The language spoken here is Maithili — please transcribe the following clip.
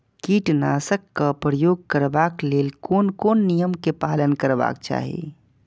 कीटनाशक क प्रयोग करबाक लेल कोन कोन नियम के पालन करबाक चाही?